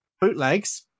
bootlegs